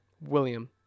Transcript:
William